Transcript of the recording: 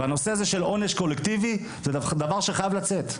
והנושא הזה של עונש קולקטיבי זה דבר שחייב לצאת.